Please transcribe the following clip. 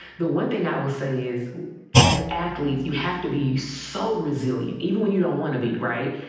the one thing i will say is as athletes, you have to be so resilient even when you don't want to be right.